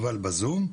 שנמצא בזום,